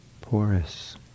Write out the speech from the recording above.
porous